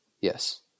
Yes